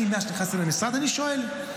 אני מאז שנכנסתי למשרד אני שואל: